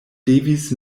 devis